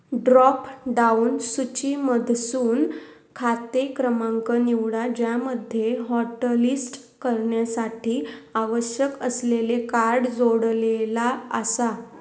drop down सूचीमधसून खाते क्रमांक निवडा ज्यामध्ये हॉटलिस्ट करण्यासाठी आवश्यक असलेले कार्ड जोडलेला आसा